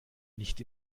nicht